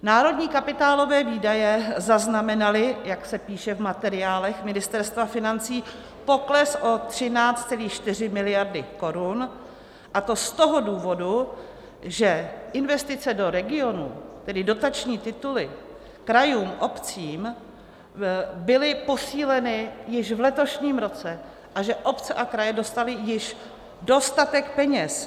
Národní kapitálové výdaje zaznamenaly, jak se píše v materiálech Ministerstva financí, pokles o 13,4 miliardy korun, a to z toho důvodu, že investice do regionů, tedy dotační tituly krajům, obcím byly posíleny již v letošním roce a že obce a kraje dostaly již dostatek peněz.